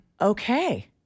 Okay